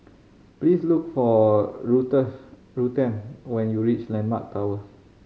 please look for Ruthanne when you reach Landmark Tower